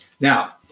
now